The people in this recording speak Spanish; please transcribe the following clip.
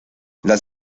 las